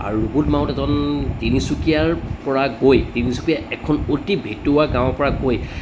আৰু ৰুবুল মাউত এজন তিনিচুকীয়াৰ পৰা গৈ তিনিচুকীয়া এখন অতি ভিতৰুৱা গাঁৱৰ পৰা গৈ